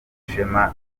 ishema